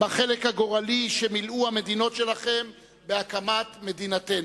בחלק הגורלי שמילאו המדינות שלכם בהקמת מדינתנו.